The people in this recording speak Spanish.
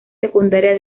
secundaria